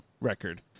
record